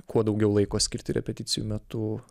kuo daugiau laiko skirti repeticijų metu